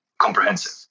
comprehensive